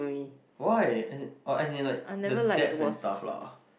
why as in like the depth and stuff lah